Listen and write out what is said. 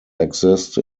exist